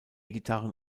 gitarren